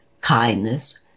kindness